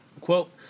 Quote